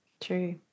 True